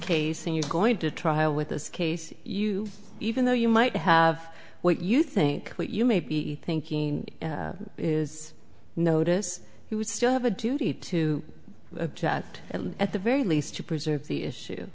case and you're going to trial with this case you even though you might have what you think you may be thinking is notice he would still have a duty to act and at the very least to preserve the issue